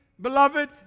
beloved